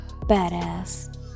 badass